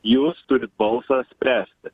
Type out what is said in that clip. jūs turit balsą spręsti